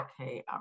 okay